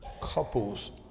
couples